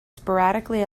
sporadically